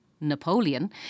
Napoleon